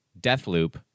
Deathloop